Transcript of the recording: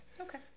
okay